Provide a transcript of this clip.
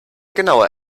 genauer